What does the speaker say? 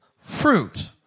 fruit